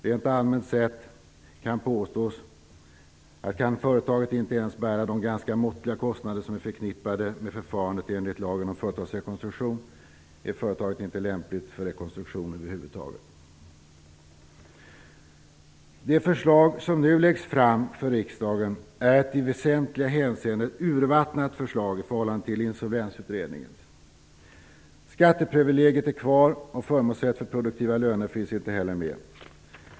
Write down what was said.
Rent allmänt sett kan påstås att om företaget inte ens kan bära de ganska måttliga kostnader som är förknippade med förfarandet enligt lagen om företagsrekonstruktion, är företaget inte lämpligt för rekonstruktion över huvud taget. Det förslag som nu läggs fram för riksdagen är ett i väsentliga hänseenden urvattnat förslag i förhållande till Insolvensutredningens. Skatteprivilegiet är kvar, och förmånsrätt för produktiva löner finns inte med.